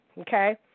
okay